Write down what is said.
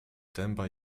dęba